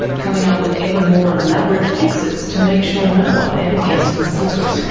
coming up with ever more elaborate fixes to make sure no one ever guessed his secret.